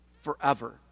forever